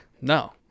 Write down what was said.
no